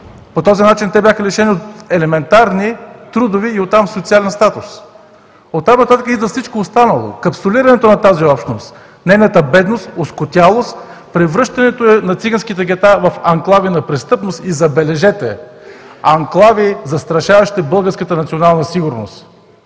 По този начин те бяха лишени от елементарни трудови… и оттам социален статус. От там нататък идва всичко останало: капсулирането на тази общност – нейната бедност, оскотялост, превръщането на циганските гета в анклави на престъпност и, забележете, анклави, застрашаващи българската национална сигурност.